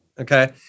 Okay